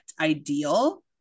ideal